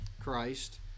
Christ